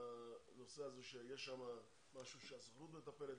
הנושא שיש שם משהו שהסוכנות מטפלת.